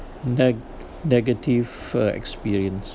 neg~ negative uh experience